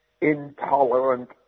intolerant